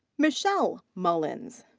michelle mullins.